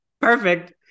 perfect